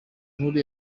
nkuru